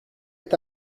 est